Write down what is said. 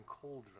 cauldron